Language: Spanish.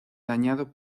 dañado